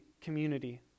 community